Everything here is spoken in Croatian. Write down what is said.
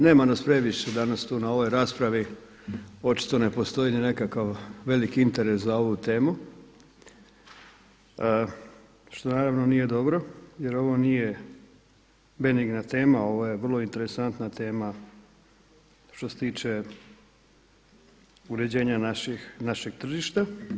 Nema nas previše danas tu na ovoj raspravi, očito ne postoji ni nekakav veliki interes za ovu temu što naravno nije dobro jer ovo nije benigna tema, ovo je vrlo interesantna tema što se tiče uređenja našeg tržišta.